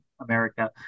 America